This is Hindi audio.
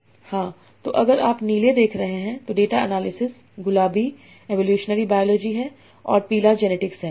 हां तो अगर हम आप नीले देख रहे हैं तो डेटा अनालिसिस गुलाबी एवोलुशनरी बायोलॉजी है और पीला जेनेटिक्स है